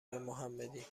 محمدی